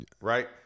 right